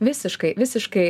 visiškai visiškai